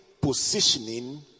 positioning